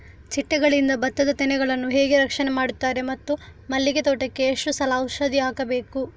ಚಿಟ್ಟೆಗಳಿಂದ ಭತ್ತದ ತೆನೆಗಳನ್ನು ಹೇಗೆ ರಕ್ಷಣೆ ಮಾಡುತ್ತಾರೆ ಮತ್ತು ಮಲ್ಲಿಗೆ ತೋಟಕ್ಕೆ ಎಷ್ಟು ಸಲ ಔಷಧಿ ಹಾಕಬೇಕು?